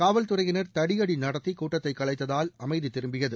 காவல்துறையினர் தடியடி நடத்தி கூட்டத்தைக் கலைத்ததால் அமைதி திரும்பியது